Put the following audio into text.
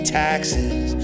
taxes